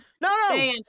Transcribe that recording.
no